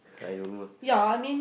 I don't know